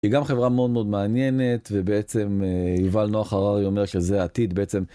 היא גם חברה מאוד מאוד מעניינת, ובעצם יובל נוח הררי אומר שזה העתיד בעצם